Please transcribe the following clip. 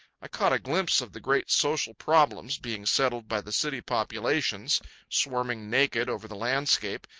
i caught a glimpse of the great social problems being settled by the city populations swarming naked over the landscape,